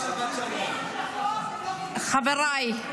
חבריי,